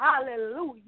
Hallelujah